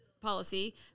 policy